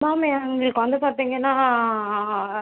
ma'am எங்களுக்கு வந்து பார்த்தீங்கன்னா